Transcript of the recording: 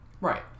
Right